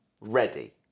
ready